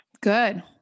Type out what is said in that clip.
good